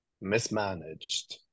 mismanaged